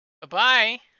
Bye-bye